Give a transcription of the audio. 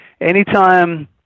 anytime